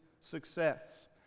success